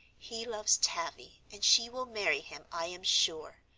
he loves tavie, and she will marry him, i am sure.